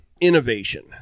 innovation